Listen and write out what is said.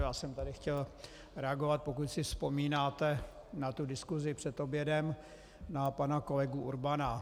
Já jsem tady chtěl reagovat, pokud si vzpomínáte na tu diskusi před obědem, na pana kolegu Urbana.